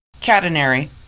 Catenary